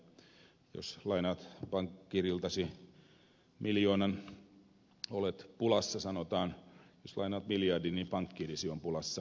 sanotaan että jos lainaat pankkiiriltasi miljoonan olet pulassa jos lainaat biljardin niin pankkiirisi on pulassa